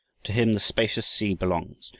to him the spacious sea belongs,